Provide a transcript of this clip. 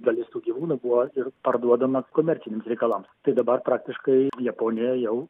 dalis tų gyvūnų buvo ir parduodama komerciniams reikalams tai dabar praktiškai japonija jau